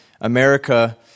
America